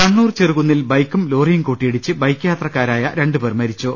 കണ്ണൂർ ചെറുകുന്നിൽ ബൈക്കും ലോറിയും കൂട്ടിയിടിച്ച് ബൈക്ക് യാത്രക്കാരായ രണ്ടുപേർ മരിച്ചു